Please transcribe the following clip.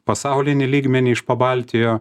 pasaulinį lygmenį iš pabaltijo